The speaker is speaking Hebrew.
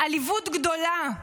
עליבות גדולה.